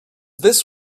this